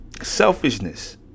Selfishness